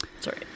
Sorry